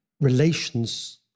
relations